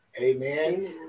Amen